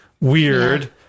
weird